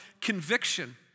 conviction